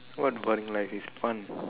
what boring life is fun